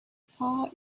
far